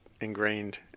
ingrained